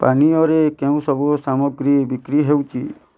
ପାନୀୟରେ କେଉଁସବୁ ସାମଗ୍ରୀ ବିକ୍ରୀ ହେଉଛି